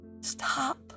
stop